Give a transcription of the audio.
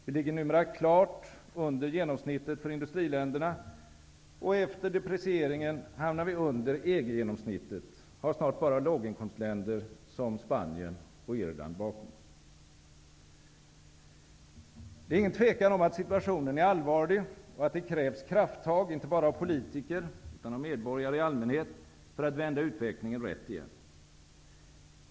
Vi ligger numera klart under genomsnittet för industriländerna, och efter deprecieringen hamnar vi under EG-genomsnittet och har snart bara låginkomstländer som Spanien och Irland bakom oss. Det råder inga tvivel om att situationen är allvarlig och att det krävs krafttag inte bara av politiker utan av medborgare i allmänhet för att vända utvecklingen rätt igen.